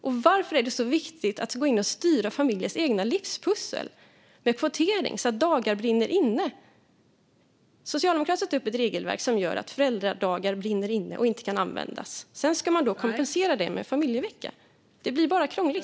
Och varför är det så viktigt att gå in och styra familjers egna livspussel med kvotering så att föräldradagar brinner inne? Socialdemokraterna har satt upp ett regelverk som gör att föräldradagar brinner inne och inte kan användas. Sedan ska de kompensera det med en familjevecka. Det blir bara krångligt.